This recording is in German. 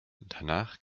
danach